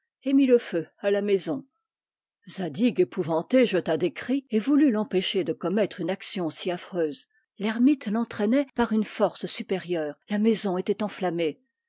et mit le feu à la maison zadig épouvanté jeta des cris et voulut l'empêcher de commettre une action si affreuse l'ermite l'entraînait par une force supérieure la maison était enflammée